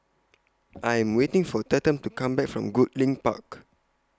I Am waiting For Tatum to Come Back from Goodlink Park